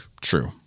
True